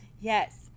Yes